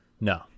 No